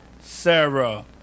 Sarah